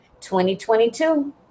2022